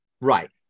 Right